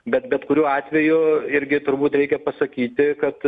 bet bet kuriuo atveju irgi turbūt reikia pasakyti kad